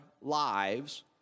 lives